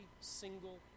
single